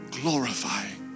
glorifying